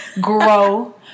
grow